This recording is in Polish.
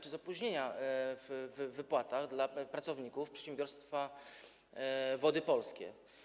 Nie ma opóźnień w wypłatach dla pracowników przedsiębiorstwa Wody Polskie.